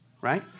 right